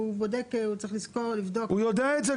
הוא צריך לבדוק --- הוא יודע את זה,